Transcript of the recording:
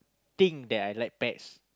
think that I like pets